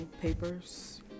papers